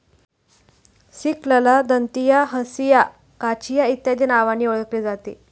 सिकलला दंतिया, हंसिया, काचिया इत्यादी नावांनी ओळखले जाते